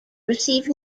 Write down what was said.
receive